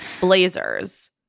blazers